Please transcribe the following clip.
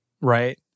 right